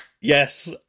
Yes